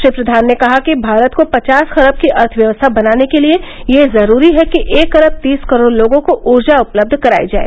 श्री प्रधान ने कहा कि भारत को पचास खरब की अर्थव्यवस्था बनाने के लिए यह जरूरी है कि एक अरब तीस करोड़ लोगों को ऊर्जा उपलब्ध कराई जाए